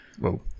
Whoa